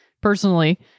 personally